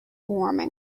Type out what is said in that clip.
warming